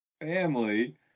family